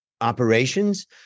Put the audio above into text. operations